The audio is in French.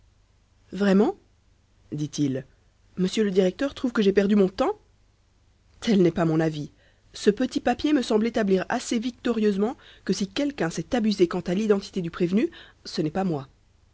vraiment dit-il m le directeur trouve que j'ai perdu mon temps tel n'est pas mon avis ce petit papier me semble établir assez victorieusement que si quelqu'un s'est abusé quant à l'identité du prévenu ce n'est pas moi